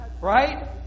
Right